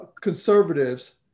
conservatives